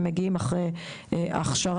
הם מגיעים אחרי הכשרה.